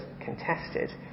contested